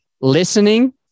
listening